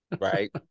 Right